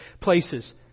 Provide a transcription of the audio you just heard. places